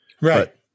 Right